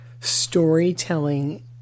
storytelling